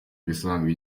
ibisanzwe